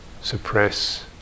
suppress